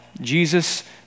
Jesus